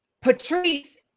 Patrice